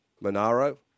Monaro